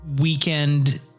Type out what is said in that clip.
weekend